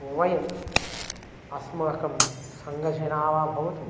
वयम् अस्माकं सङ्घजनाः वा भवतु